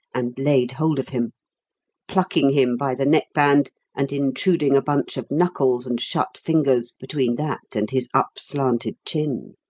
and laid hold of him plucking him by the neckband and intruding a bunch of knuckles and shut fingers between that and his up-slanted chin.